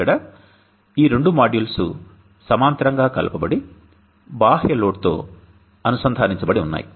ఇక్కడ ఈ రెండు మాడ్యూల్స్ సమాంతరంగా కలుపబడి బాహ్య లోడ్తో అనుసంధానించబడి ఉన్నాయి